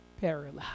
paralyzed